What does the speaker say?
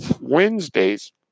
Wednesdays